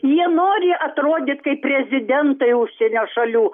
jie nori atrodyt kaip prezidentai užsienio šalių